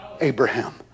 Abraham